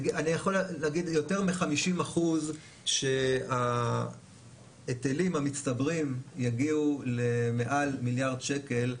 אני יכול להגיד יותר מ-50% שההיטלים המצטברים יגיעו למעל מיליארד שקל,